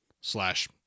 slash